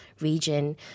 region